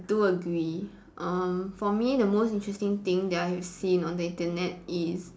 do agree um for me the most interesting thing that I have seen on the Internet is